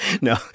no